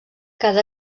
cada